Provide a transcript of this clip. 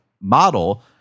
model